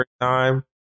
time